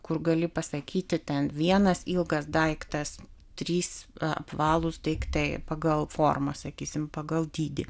kur gali pasakyti ten vienas ilgas daiktas trys apvalūs daiktai pagal formą sakysim pagal dydį